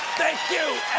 thank you!